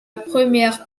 première